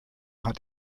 hat